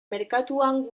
merkatuan